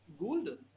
golden